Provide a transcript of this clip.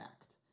act